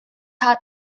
had